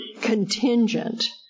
contingent